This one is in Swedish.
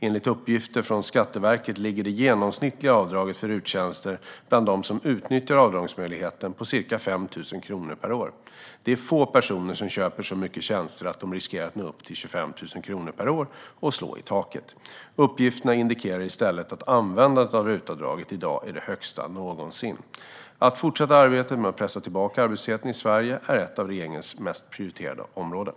Enligt uppgifter från Skatteverket ligger det genomsnittliga avdraget för RUT-tjänster bland dem som utnyttjar avdragsmöjligheten på ca 5 000 kronor per år. Det är få personer som köper så mycket tjänster att de riskerar att nå upp till 25 000 kronor per år och slå i taket. Uppgifterna indikerar i stället att användandet av RUT-avdraget i dag är det högsta någonsin. Att fortsätta arbetet med att pressa tillbaka arbetslösheten i Sverige är ett av regeringens mest prioriterade områden.